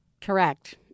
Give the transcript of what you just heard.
correct